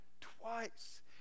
twice